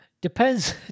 Depends